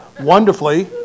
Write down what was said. wonderfully